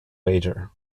wager